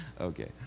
Okay